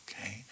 okay